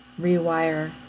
rewire